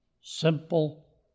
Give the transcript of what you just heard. simple